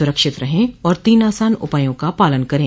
सुरक्षित रहें और तीन आसान उपायों का पालन करें